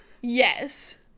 yes